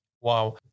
Wow